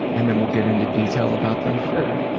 and then we'll get into detail about them? sure.